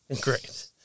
Great